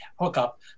hookup